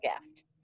gift